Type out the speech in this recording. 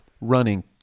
running